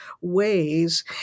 ways